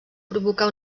provocar